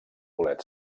bolet